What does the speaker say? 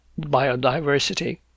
biodiversity